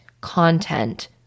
content